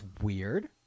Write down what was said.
weird